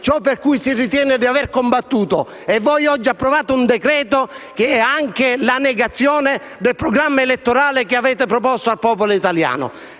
ciò per cui si ritiene di aver combattuto. Oggi voi convertire un decreto-legge che è la negazione del programma elettorale che avete proposto al popolo italiano.